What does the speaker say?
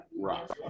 rock